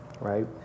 Right